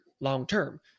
long-term